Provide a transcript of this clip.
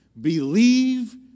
Believe